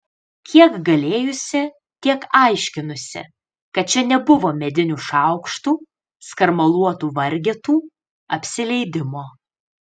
kiek galėjusi tiek aiškinusi kad čia nebuvo medinių šaukštų skarmaluotų vargetų apsileidimo